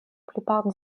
plupart